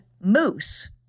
Moose